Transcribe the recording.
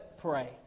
pray